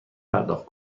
پرداخت